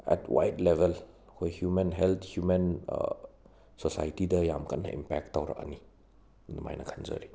eight wide level ꯑꯩꯈꯣꯏ human health human ꯁꯣꯁꯥꯏꯇꯤꯗ ꯌꯥꯝ ꯀꯟꯅ ꯏꯝꯄꯦꯛ ꯇꯧꯔꯛꯑꯅꯤ ꯑꯗꯨꯃꯥꯏꯅ ꯈꯟꯖꯔꯤ